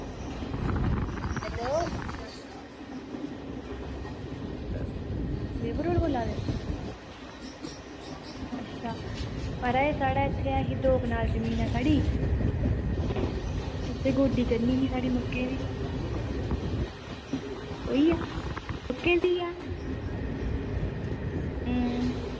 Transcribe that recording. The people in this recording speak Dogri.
हैलो लेबर होर बोला दे न अच्छा महाराज साढ़ा इत्थें ऐ ही दो कनाल जमीन साढ़ी तुसें गोड्डी करनी ही साढ़ी मक्कें दी हूं